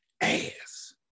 ass